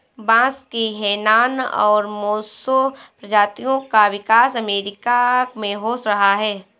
बांस की हैनान और मोसो प्रजातियों का विकास अमेरिका में हो रहा है